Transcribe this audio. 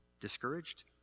Discouraged